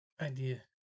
idea